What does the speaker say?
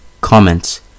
Comments